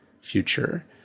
future